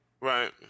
right